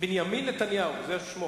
בנימין נתניהו, זה שמו,